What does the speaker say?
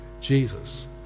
Jesus